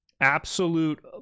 Absolute